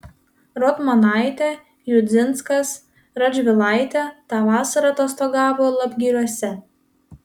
rotmanaitė judzinskas radžvilaitė tą vasarą atostogavo lapgiriuose